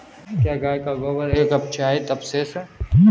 क्या गाय का गोबर एक अपचित अवशेष है?